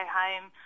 home